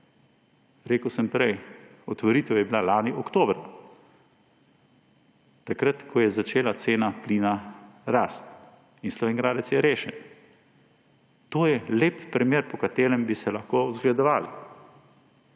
Rekel sem prej, otvoritev je bila lani oktobra, takrat, ko je začela cena plina rast in Slovenj Gradec je rešen. To je lep primer, po katerem bi se lahko zgledovali.